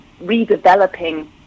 redeveloping